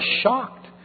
shocked